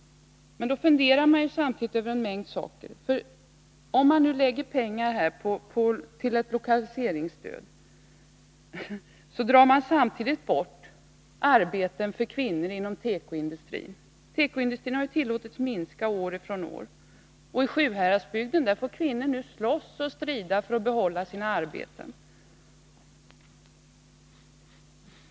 Men då funderar man samtidigt över en mängd saker. Om man nu ger pengar till ett lokaliseringsstöd drar man samtidigt bort arbeten för kvinnor inom tekoindustrin. Tekoindustrin har tillåtits minska år från år. I Sjuhäradsbygden får kvinnor nu slåss och strida för att behålla sina arbeten.